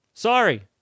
Sorry